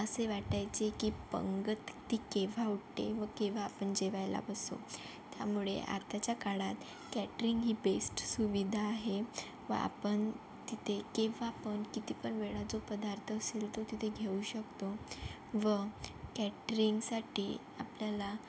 असे वाटायचे की पंगत ती केव्हा उठते व केव्हा आपण जेवायला बसू त्यामुळे आत्ताच्या काळात कॅटरिंग ही बेस्ट सुविधा आहे व आपण तिथे केव्हा पण किती पण वेळा जो पदार्थ असेल तो तिथे घेऊ शकतो व कॅटरिंगसाठी आपल्याला